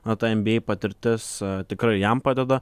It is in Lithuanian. na ta nba patirtis tikrai jam padeda